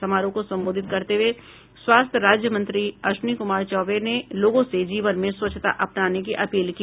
समारोह को संबोधित करते हुए स्वास्थ्य राज्य मंत्री अश्विनी कुमार चौबे ने लोगों से जीवन में स्वच्छता अपनाने की अपील की